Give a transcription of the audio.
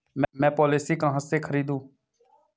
मैं पॉलिसी कहाँ से खरीदूं?